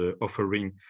offering